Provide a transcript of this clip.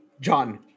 John